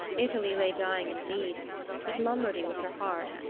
italy lay dying indeed but lombardy was her heart,